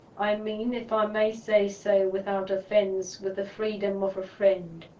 i mean, if i may say so without offence, with the freedom of a friend.